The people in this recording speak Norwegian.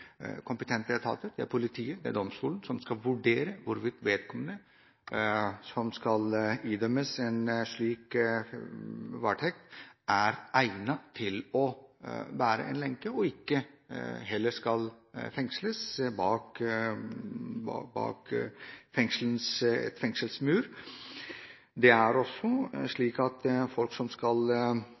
kompetente etater – det er politiet, det er domstolene – som skal vurdere hvorvidt vedkommende som skal idømmes en slik varetekt, er egnet til å bære en lenke og ikke heller skal fengsles bak en fengselsmur. Det er også slik at folk som skal